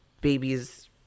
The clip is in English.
babies